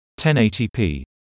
1080p